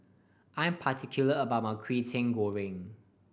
I'm particular about my Kwetiau Goreng